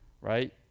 right